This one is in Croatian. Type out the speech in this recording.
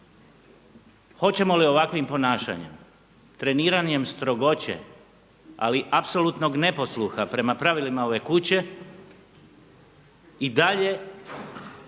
hoćemo li ovakvim ponašanjem treniranjem strogoće ali apsolutnog neposluha prema pravilima ove kuće i dalje